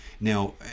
now